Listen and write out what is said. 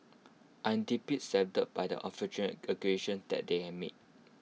I am deeply saddened by the unfortunate allegations that they have made